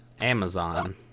Amazon